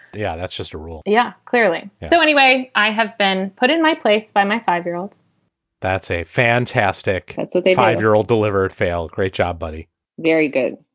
yeah. that's just a rule. yeah, clearly. so anyway, i have been put in my place by my five year old that's a fantastic and so five year old delivered fail. great job, buddy very good.